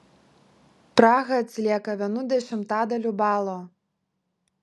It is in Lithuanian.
praha atsilieka vienu dešimtadaliu balo